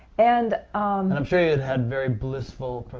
and and i'm sure you had very blissful,